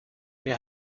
wer